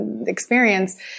experience